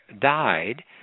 died